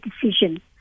decision